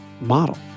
model